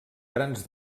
grans